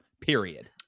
Period